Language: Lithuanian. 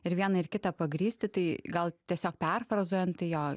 ir vieną ir kitą pagrįsti tai gal tiesiog perfrazuojant tai jo